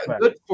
good